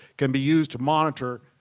can be used to monitor,